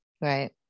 Right